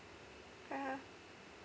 ah ha